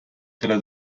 della